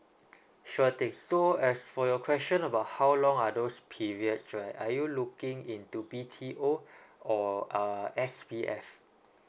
sure things so as for your question about how long are those periods right are you looking into B_T_O or uh S_P_F